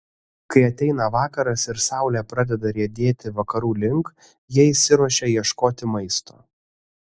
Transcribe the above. kai ateina vakaras ir saulė pradeda riedėti vakarų link jie išsiruošia ieškoti maisto